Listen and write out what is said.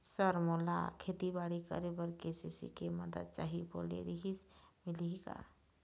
Sir मोला खेतीबाड़ी करेबर के.सी.सी के मंदत चाही बोले रीहिस मिलही का?